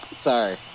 sorry